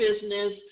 business